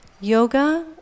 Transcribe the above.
Yoga